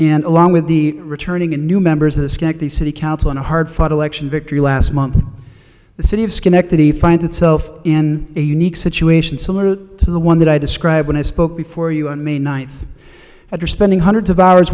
and along with the returning a new members of the skank the city council in a hard fought election victory last month the city of schenectady finds itself in a unique situation salute to the one that i described when i spoke before you on may ninth after spending hundreds of hours